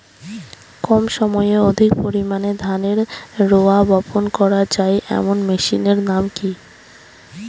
কম সময়ে অধিক পরিমাণে ধানের রোয়া বপন করা য়ায় এমন মেশিনের নাম কি?